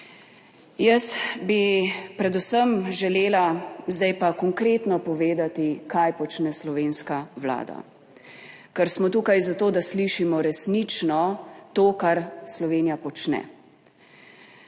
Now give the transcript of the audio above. Jaz bi predvsem želela, zdaj pa konkretno povedati kaj počne slovenska Vlada. Ker smo tukaj zato, da slišimo resnično to kar Slovenija počne.